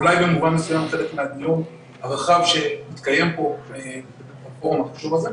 אולי במובן מסוים חלק מהדיון הרחב שהתקיים פה בפורום החשוב הזה.